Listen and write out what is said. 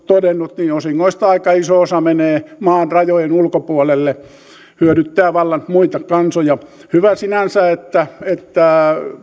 todennut niin osingoista aika iso osa menee maan rajojen ulkopuolelle hyödyttää vallan muita kansoja hyvä sinänsä että että